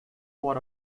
for